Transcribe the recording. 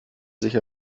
sich